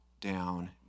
down